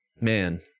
man